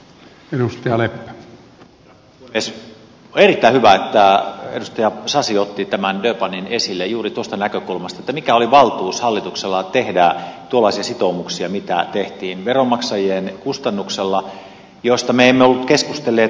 on erittäin hyvä että edustaja sasi otti tämän durbanin esille juuri tuosta näkökulmasta mikä oli valtuus hallituksella tehdä tuollaisia sitoumuksia mitä tehtiin veronmaksajien kustannuksella joista me emme olleet keskustelleet lainkaan